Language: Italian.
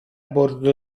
bordo